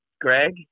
Greg